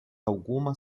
alguma